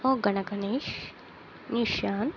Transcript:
Ho Ganesh Nishanth